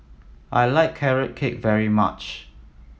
I like Carrot Cake very much